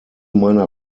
meiner